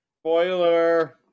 Spoiler